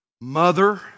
Mother